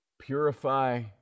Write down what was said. Purify